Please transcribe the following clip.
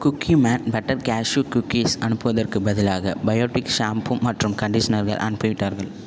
cookie man butter cashew cookies அனுப்புவதற்கு பதிலாக Biotique shampoo மற்றும் கண்டிஷ்னர் அனுப்பிவிட்டார்கள்